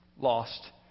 lost